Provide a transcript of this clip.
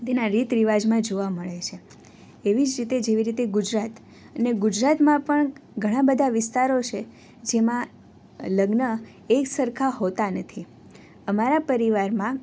તેના રીત રિવાજમાં જોવા મળે છે એવી જ રીતે જેવી રીતે ગુજરાત અને ગુજરાતમાં પણ ઘણા બધા વિસ્તારો છે જેમાં લગ્ન એકસરખાં હોતાં નથી અમારા પરિવારમાં